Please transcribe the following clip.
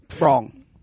Wrong